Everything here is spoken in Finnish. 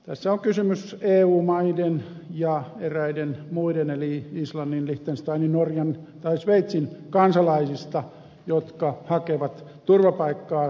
tässä on kysymys eu maiden ja eräiden muiden maiden eli islannin liechtensteinin norjan ja sveitsin kansalaisista jotka hakevat turvapaikkaa suomesta